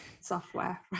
software